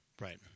Right